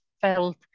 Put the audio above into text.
felt